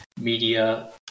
media